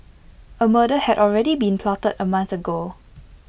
A murder had already been plotted A month ago